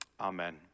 Amen